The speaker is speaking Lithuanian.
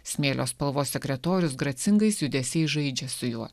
smėlio spalvos sekretorius gracingais judesiais žaidžia su juo